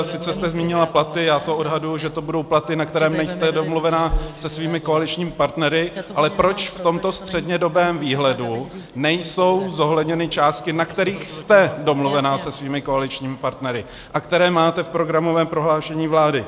Sice jste zmínila platy, já to odhaduji, že to budou platy, na kterých nejste domluvena se svými koaličními partnery, ale proč v tomto střednědobém výhledu nejsou zohledněny částky, na kterých jste domluvena se svými koaličními partnery a které máte v programovém prohlášení vlády?